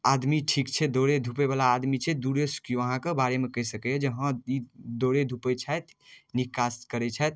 आदमी ठीक छै दौड़ै धुपैवला आदमी छै दूरेसँ केओ अहाँके बारेमे कहि सकैए जे हँ ई दौड़ै धुपै छथि नीक काज करै छथि